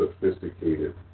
sophisticated